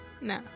No